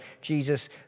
Jesus